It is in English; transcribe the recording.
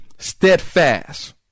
steadfast